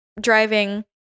driving